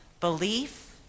belief